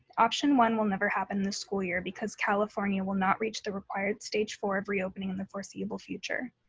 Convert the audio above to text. option one will never happen this school year because california will not reach the required stage four of reopening in the foreseeable future.